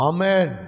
Amen